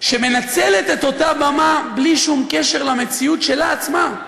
שמנצלת את אותה במה בלי שום קשר למציאות שלה עצמה.